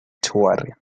touring